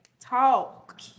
Talk